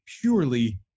purely